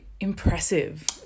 Impressive